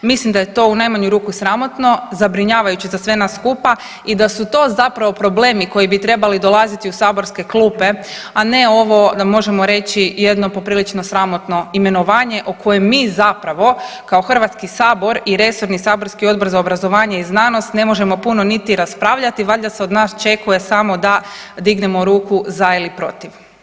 Mislim da je to u najmanju ruku sramotno, zabrinjavajuće za sve nas skupa i da su to zapravo problemi koji bi trebali dolaziti u saborske klupe, a ne ovo da možemo reći jedno poprilično sramotno imenovanje o kojem mi zapravo kao HS i resorni saborski Odbor za obrazovanje i znanost ne možemo puno niti raspravljati, valjda se od nas očekuje samo da dignemo ruku za ili protiv.